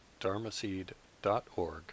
dharmaseed.org